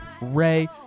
ray